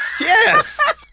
yes